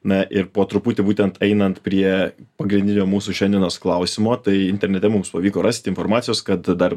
na ir po truputį būtent einant prie pagrindinio mūsų šiandienos klausimo tai internete mums pavyko rasti informacijos kad dar